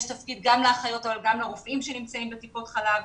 יש תפקיד גם לאחיות וגם לרופאים שנמצאים בטיפות חלב.